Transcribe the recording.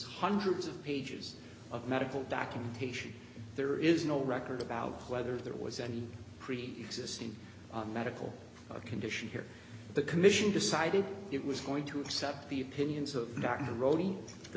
hundreds of pages of medical documentation there is no record about whether there was any preexisting medical condition here the commission decided it was going to accept the opinions of